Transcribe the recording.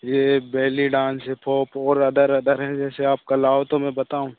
यह belly dance hip hop और other other हैं जैसे आप कल आओ तो मैं बताऊँ